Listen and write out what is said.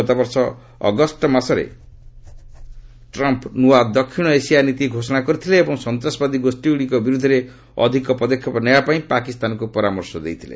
ଗତବର୍ଷ ଅଗଷ୍ଟ ମାସରେ ଟ୍ରମ୍ପ୍ ନୂଆ ଦକ୍ଷିଣ ଏସିଆ ନୀତି ଘୋଷଣା କରିଥିଲେ ଏବଂ ସନ୍ତାସବାଦୀ ଗୋଷ୍ଠୀଗୁଡ଼ିକ ବିରୁଦ୍ଧରେ ଅଧିକ ପଦକ୍ଷେପ ନେବାପାଇଁ ପାକିସ୍ତାନକୁ ପରାମର୍ଶ ଦେଇଥିଲେ